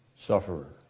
sufferer